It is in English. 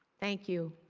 thank you.